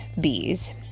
bees